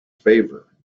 favour